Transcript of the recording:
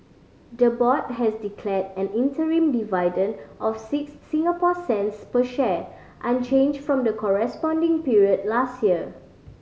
the board has declared an interim dividend of six Singapore cents per share unchanged from the corresponding period last year